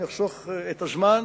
אני אחסוך את הזמן,